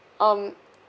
um